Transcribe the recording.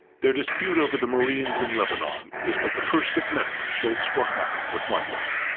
their dispute over the marines in lebanon is but the first of many shultz will have with weinberger.